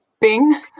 Bing